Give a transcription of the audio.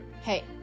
Hey